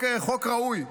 חוק ראוי,